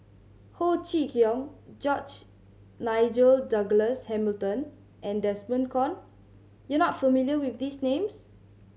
Ho Chee Kong George Nigel Douglas Hamilton and Desmond Kon you are not familiar with these names